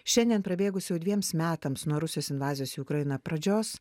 šiandien prabėgus jau dviems metams nuo rusijos invazijos į ukrainą pradžios